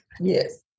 Yes